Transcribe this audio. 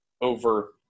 over